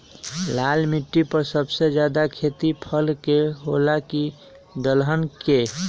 लाल मिट्टी पर सबसे ज्यादा खेती फल के होला की दलहन के?